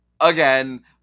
again